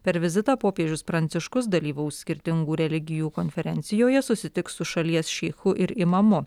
per vizitą popiežius pranciškus dalyvaus skirtingų religijų konferencijoje susitiks su šalies šeichu ir imamu